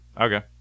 Okay